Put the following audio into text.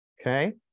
Okay